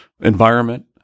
environment